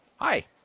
Hi